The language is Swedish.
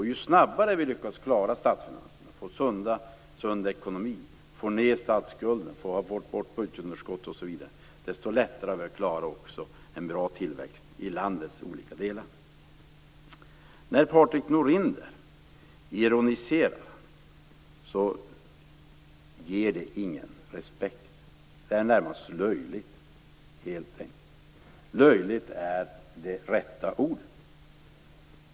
Ju snabbare vi lyckas klara statsfinanserna, få sund ekonomi, få ned statsskulden, få bort budgetunderskottet osv., desto lättare blir det att klara en bra tillväxt i landets olika delar. Det inger ingen respekt när Patrik Norinder ironiserar. Det är närmast löjligt. Löjligt är det rätta ordet.